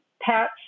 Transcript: pets